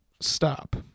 stop